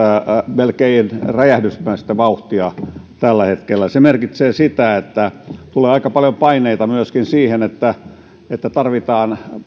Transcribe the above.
melkein räjähdysmäistä vauhtia tällä hetkellä se merkitsee sitä että tulee aika paljon paineita myöskin siihen että että tarvitaan